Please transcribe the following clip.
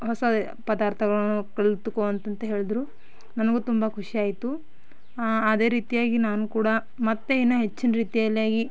ಹೊಸ ಪದಾರ್ಥಗಳನ್ನು ಕಲಿತ್ಕೋ ಅಂತ ಹೇಳಿದ್ರು ನನಗೂ ತುಂಬ ಖುಷಿಯಾಯಿತು ಅದೇ ರೀತಿಯಾಗಿ ನಾನು ಕೂಡ ಮತ್ತೆ ಇನ್ನೂ ಹೆಚ್ಚಿನ ರೀತಿಯಲ್ಲಾಗಿ